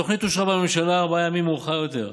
התוכנית אושרה בממשלה ארבעה ימים מאוחר יותר.